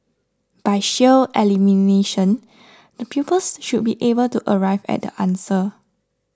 by sheer elimination the pupils should be able to arrive at the answer